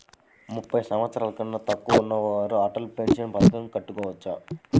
ముప్పై సంవత్సరాలకన్నా తక్కువ ఉన్నవారు అటల్ పెన్షన్ పథకం కట్టుకోవచ్చా?